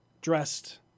Dressed